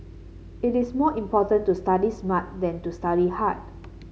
it is more important to study smart than to study hard